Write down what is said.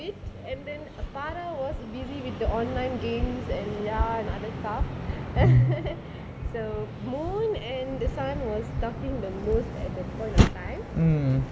and then farah was busy with the online games ya and other stuff then so moon and the sun were talking the most at that point of time